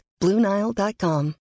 BlueNile.com